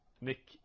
Nick